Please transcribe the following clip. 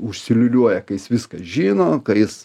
užsiliūliuoja ka jis viską žino ka jis